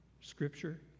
scripture